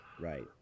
Right